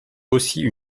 aussi